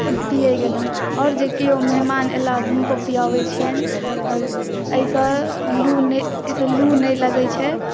पियै गेलहुॅं आओर जे केओ मेहमान एला हुनको पियबै छियनि आओर एहिसँ लू नहि लगै छै